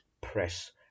press